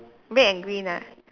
red and green ah